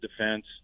defense